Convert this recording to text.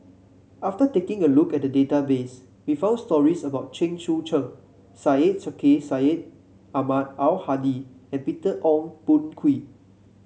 after taking a look at the database we found stories about Chen Sucheng Syed Sheikh Syed Ahmad Al Hadi and Peter Ong Boon Kwee